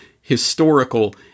historical